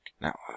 Now